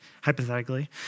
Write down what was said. hypothetically